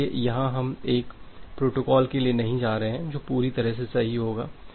इसलिए यहां हम एक प्रोटोकॉल के लिए नहीं जा रहे हैं जो पूरी तरह से सही होगा